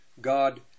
God